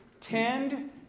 tend